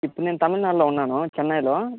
ఇప్పుడు నేను తమిళనాడులో ఉన్నాను చెన్నైలో